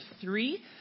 three